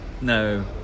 no